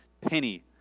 penny